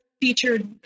featured